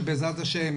שבעזרת השם,